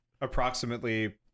approximately